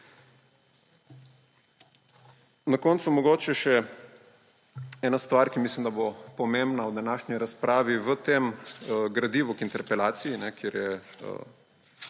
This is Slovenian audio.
Na koncu mogoče še ena stvar, ki mislim, da bo pomembna v današnji razpravi, o gradivu k interpelaciji, kjer je